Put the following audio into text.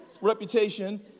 reputation